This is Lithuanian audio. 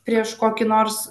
prieš kokį nors